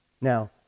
Now